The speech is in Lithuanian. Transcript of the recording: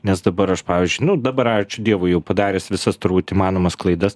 nes dabar aš pavyzdžiui nu dabar ačiū dievui jau padaręs visas turbūt įmanomas klaidas